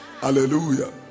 Hallelujah